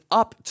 up